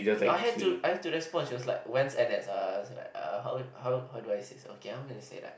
I had to I had to response she was like when's n_s uh so like uh how how how do I say so okay I'm gonna say that